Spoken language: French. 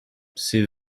c’est